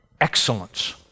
excellence